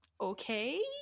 okay